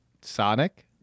Sonic